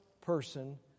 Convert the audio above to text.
person